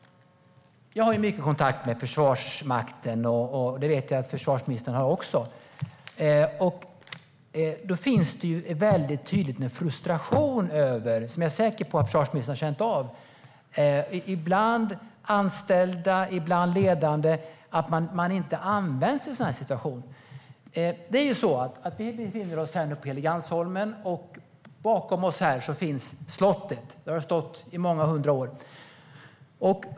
Jag har mycket kontakt med Försvarsmakten. Det vet jag att försvarsministern också har. Där råder en stor frustration, som jag är säker på att försvarsministern har känt av, bland anställda och i ledningen att de inte används i sådana här situationer. Vi befinner oss på Helgeandsholmen, och bakom oss finns slottet. Det har stått i många hundra år.